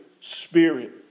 Spirit